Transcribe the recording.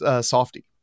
Softy